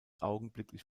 augenblicklich